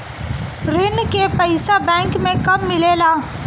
ऋण के पइसा बैंक मे कब मिले ला?